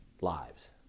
lives